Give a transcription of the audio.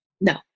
No